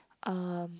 um